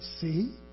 see